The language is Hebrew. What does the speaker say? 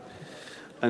בבקשה.